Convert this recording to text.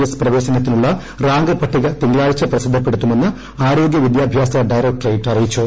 S പ്രവേശനത്തിനുള്ളി rank പട്ടിക തിങ്കളാഴ്ച പ്രസിദ്ധപ്പെടുത്തുമെന്ന് ആര്യോഗൃ വിദ്യാഭ്യാസ ഡയറക്ടറേറ്റ് അറിയിച്ചു